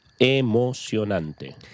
emocionante